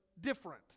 different